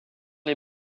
lès